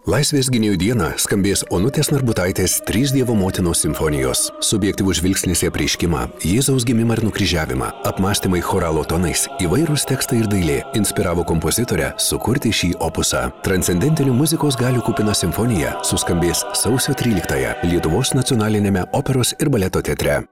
laisvės gynėjų dieną skambės onutės narbutaitės trys dievo motinos simfonijos subjektyvus žvilgsnis į apreiškimą jėzaus gimimą ir nukryžiavimą apmąstymai choralo tonais įvairūs tekstai ir dailė inspiravo kompozitorę sukurti šį opusą transcendentinių muzikos galių kupina simfonija suskambės sausio tryliktąją lietuvos nacionaliniame operos ir baleto teatre